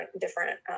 different